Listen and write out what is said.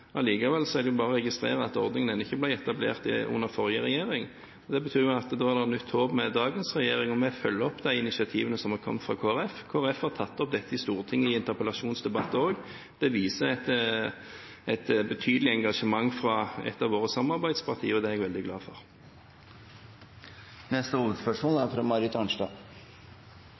er det bare å registrere at ordningen ikke har blitt etablert under den forrige regjeringen. Det betyr at da er det nytt håp med dagens regjering, og vi følger opp de initiativene som har kommet fra Kristelig Folkeparti. Kristelig Folkeparti har tatt opp dette i Stortinget i interpellasjonsdebatter også. Det viser et betydelig engasjement fra et av våre samarbeidspartier, og det er jeg veldig glad for. Vi går videre til neste hovedspørsmål.